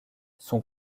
son